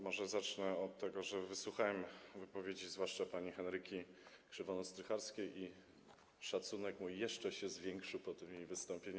Może zacznę od tego, że wysłuchałem wypowiedzi zwłaszcza pani Henryki Krzywonos-Strycharskiej i szacunek mój jeszcze się zwiększył po tym jej wystąpieniu.